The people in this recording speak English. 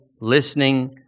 listening